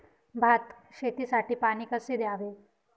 भात शेतीसाठी पाणी कसे द्यावे?